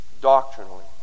doctrinally